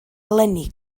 eleni